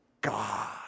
God